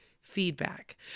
feedback